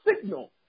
signal